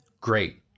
great